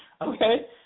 okay